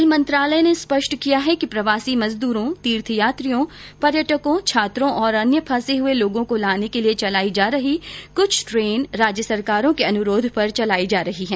rail मंत्रालय ने स्पष्ट किया है कि प्रवासी मजदूरों तीर्थयात्रियों पर्यटकों छात्रों और अन्य फंसे हुए लोगों को लाने के लिए चलाई जा रही कुछ ट्रेनें राज्य सरकारों के अनुरोध पर चलाई जा रही हैं